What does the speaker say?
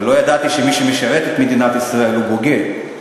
ולא ידעתי שמי שמשרת את מדינת ישראל הוא בוגד.